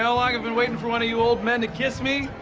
so long i've been waiting for one of you old men to kiss me?